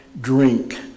drink